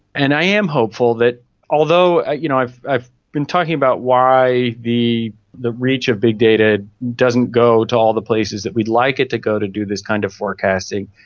and i am hopeful that although, you know, i've i've been talking about why the the reach of big data doesn't go to all the places that we'd like it to go to do this kind of forecasting,